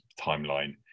timeline